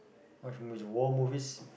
watch movies war movies